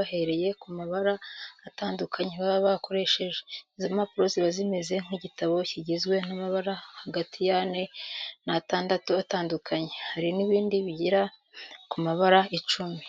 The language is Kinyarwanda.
bahereye ku mabara atandukanye baba bakoresheje. Izo mpapuro ziba zimeze nk'igitabo kigizwe n'amabara hagati y'ane n'atandatu atandukanye, hari n'ibinini bigera ku mabara icumi.